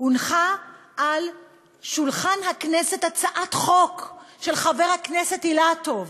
הונחה על שולחן הכנסת הצעת חוק של חבר הכנסת אילטוב,